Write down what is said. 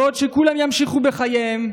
בעוד שכולם ימשיכו בחייהם,